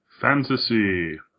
fantasy